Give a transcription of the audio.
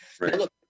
look